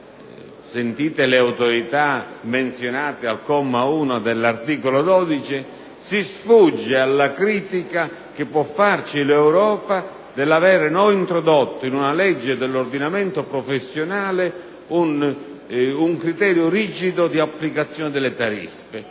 sentite le autorità menzionate al comma 1 dell'articolo 12, si sfugge alla critica che può farci l'Europa per avere noi introdotto in una legge dell'ordinamento professionale un criterio rigido di applicazione delle tariffe.